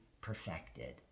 perfected